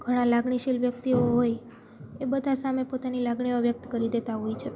ઘણા લાગણીશીલ વ્યક્તિઓ હોય એ બધા સામે પોતાની લાગણીઓ વ્યક્ત કરી દેતા હોય છે